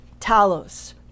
talos